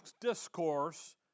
discourse